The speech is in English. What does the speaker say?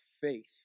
faith